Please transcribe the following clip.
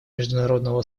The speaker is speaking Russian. международного